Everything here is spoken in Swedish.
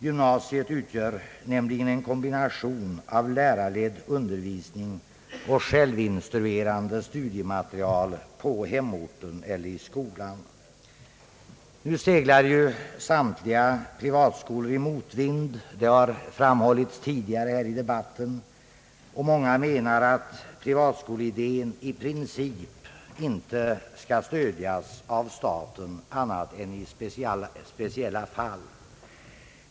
Gymnasiet utgör nämligen en kombination av lärarledd undervisning och självinspirerande studiematerial på hemorten eller i skolan. Nu seglar samtliga privatskolor i motvind — det har framhållits tidigare här i debatten. Många menar att privatskoleidén i princip inte skall stödjas av staten annat än i speciella fall.